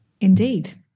Indeed